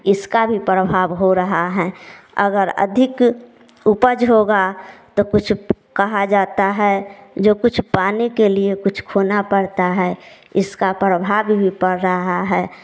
इसका भी प्रभाव हो रहा है अगर अधिक उपज होगा तो कुछ कहा जाता है जो कुछ पाने के लिए कुछ खोना पड़ता है इसका प्रभाव भी पड़ रहा है